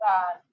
God